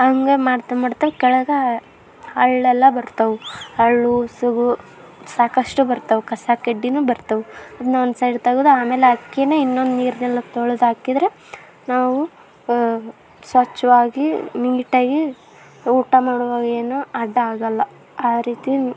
ಹಂಗ ಮಾಡ್ತಾ ಮಾಡ್ತಾ ಕೆಳಗೆ ಹಳ್ಳೆಲ್ಲ ಬರ್ತವೆ ಹಳ್ಳು ಸುಗು ಸಾಕಷ್ಟು ಬರ್ತವೆ ಕಸ ಕಡ್ಡಿನೂ ಬರ್ತವೆ ಅದನ್ನ ಒಂದು ಸೈಡ್ ತೆಗ್ದು ಆಮೇಲೆ ಅಕ್ಕೀನ ಇನ್ನೊಂದು ನೀರ್ನಲ್ಲಿ ಹಾಕ್ ತೊಳೆದಾಕಿದ್ರೆ ನಾವು ಸ್ವಚ್ಛವಾಗಿ ನೀಟಾಗಿ ಊಟ ಮಾಡುವಾಗೇನು ಅಡ್ಡ ಆಗೋಲ್ಲ ಆ ರೀತಿ